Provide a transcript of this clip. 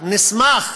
נסמך